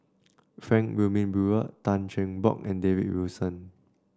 Frank Wilmin Brewer Tan Cheng Bock and David Wilson